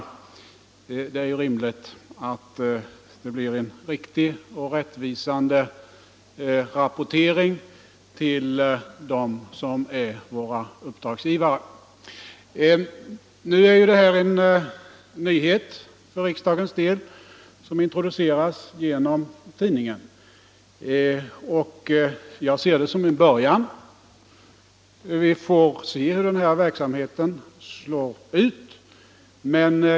Det är rimligt att det blir en riktig och rättvisande rapportering till dem som är våra uppdragsgivare. Den föreslagna tidningen är en nyhet som introduceras, och jag ser förslaget som en början. Vi får se hur verksamheten slår ut.